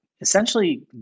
essentially